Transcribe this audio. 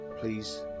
Please